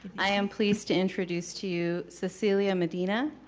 i am pleased to introduce to you cecilia medina,